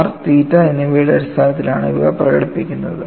R തീറ്റ എന്നിവയുടെ അടിസ്ഥാനത്തിലാണ് അവ പ്രകടിപ്പിക്കുന്നത്